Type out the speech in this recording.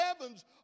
heavens